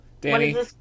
Danny